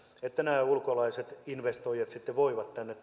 että nämä ulkolaiset investoijat sitten voivat tänne